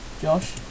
Josh